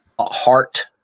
Heart